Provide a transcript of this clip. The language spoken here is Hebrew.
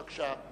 בבקשה.